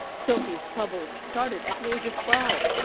sophie's troubles started at the age of twelve.